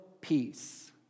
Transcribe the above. peace